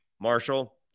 Marshall